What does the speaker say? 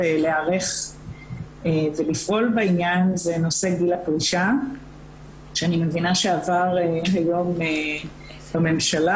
להיערך ולפעול בעניין זה נושא גיל הפרישה שאני מבינה שעבר היום בממשלה.